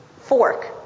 fork